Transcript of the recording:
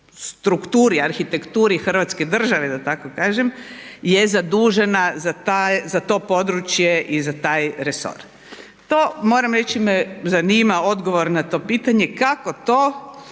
strukturi, arhitekturi Hrvatske države da tako kažem je zadužena za to područje i za taj resor. To moram reći me zanima odgovor na to pitanje kako to